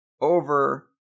over